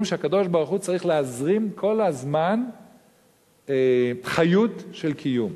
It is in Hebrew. שהקדוש-ברוך-הוא צריך להזרים כל הזמן חיות של קיום.